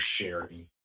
sharing